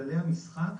כללי המשחק,